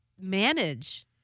manage